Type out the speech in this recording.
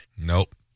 Nope